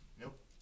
Nope